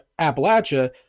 Appalachia